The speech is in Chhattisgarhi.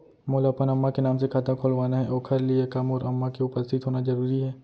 मोला अपन अम्मा के नाम से खाता खोलवाना हे ओखर लिए का मोर अम्मा के उपस्थित होना जरूरी हे?